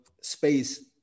space